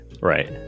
Right